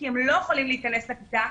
כי הם לא יכולים להיכנס לכיתה,